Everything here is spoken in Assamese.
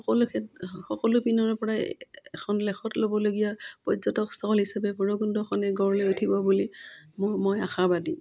সকলোে সকলো পিনৰপৰাই এখন লেখত ল'বলগীয়া পৰ্যটক স্থল হিচাপে ভৈৰৱকুণ্ডখনে গঢ়লৈ উঠিব বুলি মই মই আশাবাদী